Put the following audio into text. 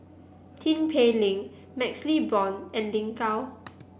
Tin Pei Ling MaxLe Blond and Lin Gao